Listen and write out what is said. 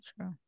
true